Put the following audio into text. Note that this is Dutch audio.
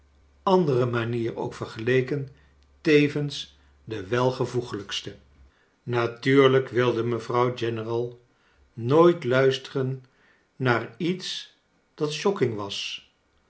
andere manier ook vergeleken tevens de welvoegelijkste natuurlijk wilde mevrouw general nooit luisteren naar iets dat shocking was